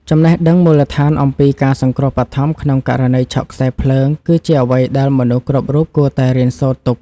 ចំណេះដឹងមូលដ្ឋានអំពីការសង្គ្រោះបឋមក្នុងករណីឆក់ខ្សែភ្លើង គឺជាអ្វីដែលមនុស្សគ្រប់រូបគួរតែរៀនសូត្រទុក។